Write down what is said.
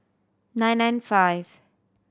nine nine five